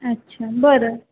अच्छा बरं